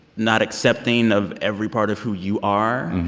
not accepting of every part of who you are.